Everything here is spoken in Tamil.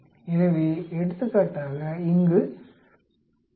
எனவே எடுத்துக்காட்டாக இங்கு 11